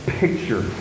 picture